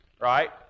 right